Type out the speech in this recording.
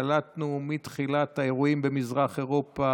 קלטנו מתחילת האירועים במזרח אירופה